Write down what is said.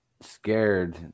scared